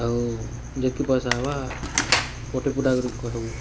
ଆଉ ଯେତ୍କି ପଇସା ହେବା କଟେ କୁଟା କରି କହିବୁ